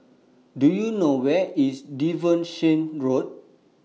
Do YOU know Where IS Devonshire Road